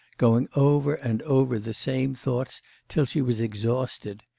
going over and over the same thoughts till she was exhausted.